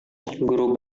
guru